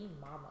mama